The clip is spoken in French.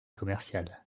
commercial